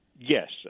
Yes